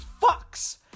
fucks